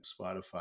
Spotify